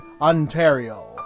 Ontario